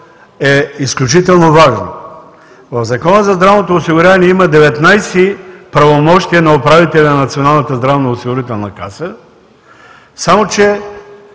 е изключително важно. В Закона за здравното осигуряване има 19 правомощия на управителя на Националната здравноосигурителна каса, само че